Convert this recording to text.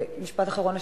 משפט אחרון.